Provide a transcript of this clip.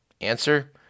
Answer